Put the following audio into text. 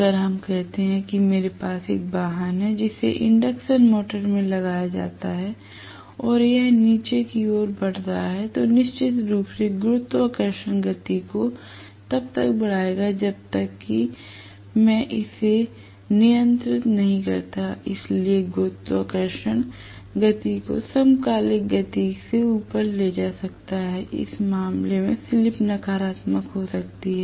अगर हम कहते हैं मेरे पास एक वाहन है जिसे इंडक्शन मोटर के साथ लगाया गया है और यह नीचे की ओर बढ़ रहा है तो निश्चित रूप से गुरुत्वाकर्षण गति को तब तक बढ़ाएगा जब तक कि मैं इसे नियंत्रित नहीं करता इसलिए गुरुत्वाकर्षण गति को समकालिक गति से ऊपर ले जा सकता है इस मामले में स्लिप नकारात्मक हो सकती है